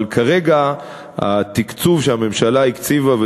אבל כרגע התקציב שהממשלה הקציבה,